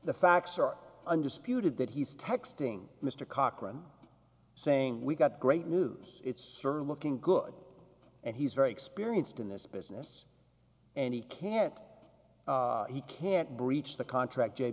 the facts are undisputed that he's texting mr cochran saying we've got great news it's certainly looking good and he's very experienced in this business and he can't he can't breach the contract j